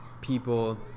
people